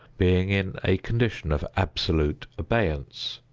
being in a condition of absolute abeyance.